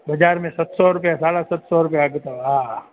बाज़ारि में सत सौ रुपया साढा सत सौ रुपया अघु अतव हा हा